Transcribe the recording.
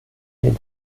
den